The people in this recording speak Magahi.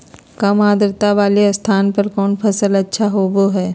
काम आद्रता वाले स्थान पर कौन फसल अच्छा होबो हाई?